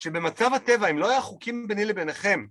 שבמצב הטבע אם לא היה חוקים ביני לביניכם